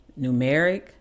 numeric